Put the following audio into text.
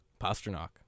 Pasternak